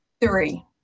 Three